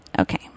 Okay